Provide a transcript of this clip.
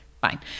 Fine